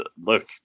Look